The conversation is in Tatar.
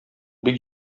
бик